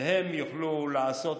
והם יוכלו לעשות.